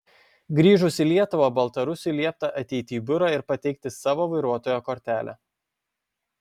grįžus į lietuvą baltarusiui liepta ateiti į biurą ir pateikti savo vairuotojo kortelę